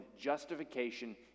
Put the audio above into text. justification